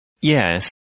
Yes